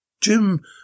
Jim